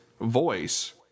voice